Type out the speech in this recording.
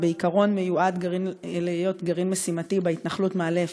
שבעיקרון נועד להיות גרעין משימתי בהתנחלות מעלה אפרים,